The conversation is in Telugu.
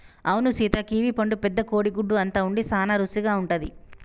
అవును సీత కివీ పండు పెద్ద కోడి గుడ్డు అంత ఉండి సాన రుసిగా ఉంటది